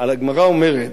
הגמרא אומרת: